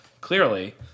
clearly